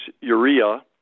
urea